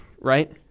right